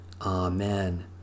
Amen